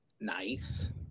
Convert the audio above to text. nice